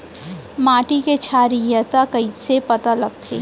माटी के क्षारीयता कइसे पता लगथे?